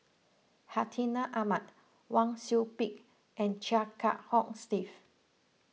Hartinah Ahmad Wang Sui Pick and Chia Kiah Hong Steve